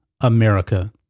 America